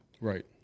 Right